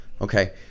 okay